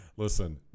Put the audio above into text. Listen